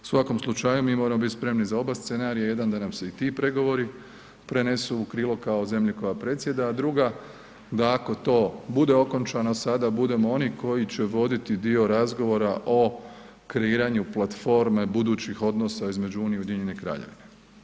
U svakom slučaju mi moramo biti spremni za oba scenarija, jedan da nam se i ti pregovori prenesu u krilo kao zemlji koja predsjeda, a druga da ako to bude okončano sada budemo oni koji će voditi dio razgovora o kreiranju platforme budućih odnosa između Unije i Ujedinjene Kraljevine.